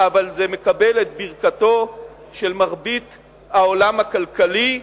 אבל זה מקבל את ברכתו של מרבית העולם הכלכלי,